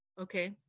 Okay